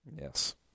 Yes